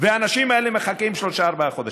והאנשים האלה מחכים שלושה-ארבעה חודשים.